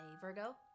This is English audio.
Virgo